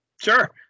sure